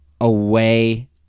away